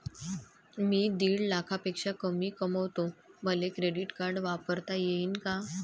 मी दीड लाखापेक्षा कमी कमवतो, मले क्रेडिट कार्ड वापरता येईन का?